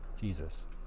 jesus